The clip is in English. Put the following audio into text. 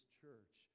church